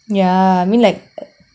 ya I mean like